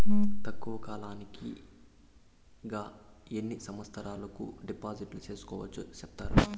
తక్కువ కాలానికి గా ఎన్ని సంవత్సరాల కు డిపాజిట్లు సేసుకోవచ్చు సెప్తారా